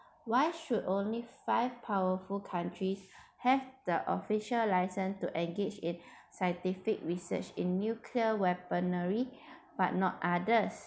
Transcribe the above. why should only five powerful countries have the official license to engage in scientific research in nuclear weaponry but not others